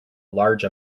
large